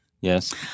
Yes